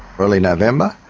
early november.